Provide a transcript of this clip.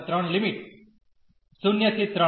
તેથી લિમિટ 0 ¿3